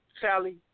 Sally